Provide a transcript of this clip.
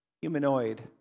humanoid